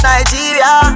Nigeria